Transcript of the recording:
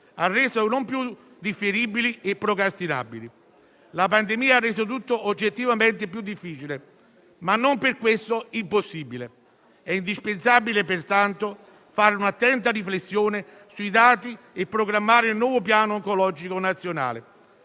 ha reso non più differibili e procrastinabili. La pandemia ha reso tutto oggettivamente più difficile, ma non per questo impossibile. È indispensabile, pertanto, fare un'attenta riflessione sui dati e programmare il nuovo Piano oncologico nazionale.